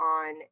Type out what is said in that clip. on